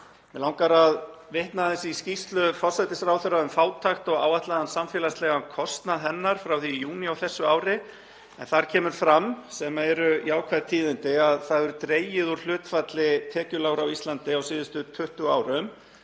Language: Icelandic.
Mig langar að vitna aðeins í skýrslu forsætisráðherra um fátækt og áætlaðan samfélagslegan kostnað hennar frá því í júní á þessu ári en þar kemur fram, sem eru jákvæð tíðindi, að það hefur dregið úr hlutfalli tekjulágra á Íslandi á síðustu 20 árum